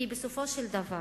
כי בסופו של דבר